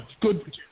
good